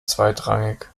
zweitrangig